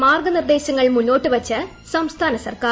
മാർഗ്ഗനിർദ്ദേശങ്ങൾ മുന്നോട്ടുവച്ച് സംസ്ഥാന സർക്കാർ